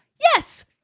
Yes